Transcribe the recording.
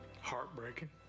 Heartbreaking